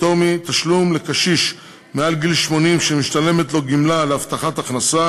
פטור מתשלום לקשיש מעל גיל 80 שמשתלמת לו גמלה להבטחת הכנסה,